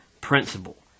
principle